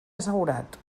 assegurat